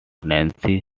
nancy